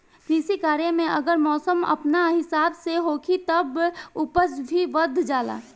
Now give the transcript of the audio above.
कृषि कार्य में अगर मौसम अपना हिसाब से होखी तब उपज भी बढ़ जाला